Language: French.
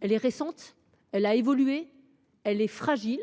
valeur est récente, qu’elle a évolué, mais qu’elle est fragile